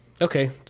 Okay